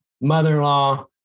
mother-in-law